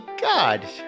god